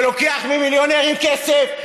שלוקח ממיליונרים כסף,